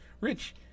Rich